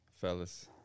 Fellas